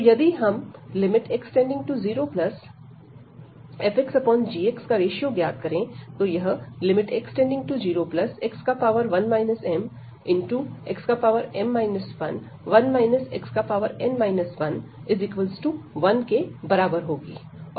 तो यदि हम x→0fxgx ज्ञात करें तो यह x→0x1 mxm 11 xn 11 के बराबर होगी